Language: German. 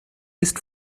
ist